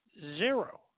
Zero